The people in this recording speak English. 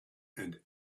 and